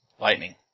Lightning